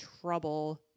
trouble